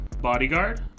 bodyguard